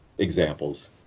examples